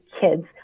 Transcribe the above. kids